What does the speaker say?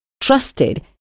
trusted